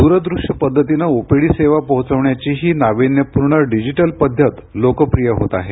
दूरदृश्य पद्धतीने ओपीडी सेवा पोहोचवण्याच्या या नाविन्यपूर्ण डिजिटल पद्धत लोकप्रिय होत आहे